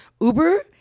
Uber